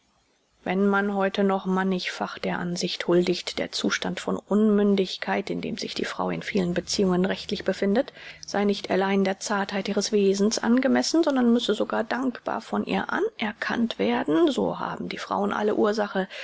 wenn man heute noch mannichfach der ansicht huldigt der zustand von unmündigkeit in dem sich die frau in vielen beziehungen rechtlich befindet sei nicht allein der zartheit ihres wesens angemessen sondern müsse sogar dankbar von ihr anerkannt werden so haben die frauen alle ursache